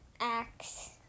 axe